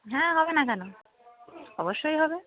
হ্যাঁ হবে না কেন অবশ্যই হবে